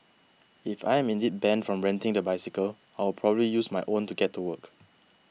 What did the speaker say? if I am indeed banned from renting the bicycle I will probably using my own to get to work